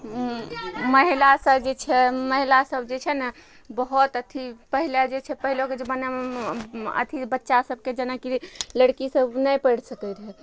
महिला सब जे छै महिला सब जे छै ने बहुत अथी पहिले जे छै पहिलेके जमानामे अथी बच्चा सबके जेनाकि लड़की सब नहि पढ़ि सकय रहय